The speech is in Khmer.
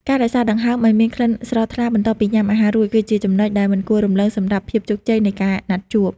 ការរក្សាដង្ហើមឱ្យមានក្លិនស្រស់ថ្លាបន្ទាប់ពីញ៉ាំអាហាររួច គឺជាចំណុចដែលមិនគួររំលងសម្រាប់ភាពជោគជ័យនៃណាត់ជួប។